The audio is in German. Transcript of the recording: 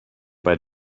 bei